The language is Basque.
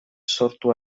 sortu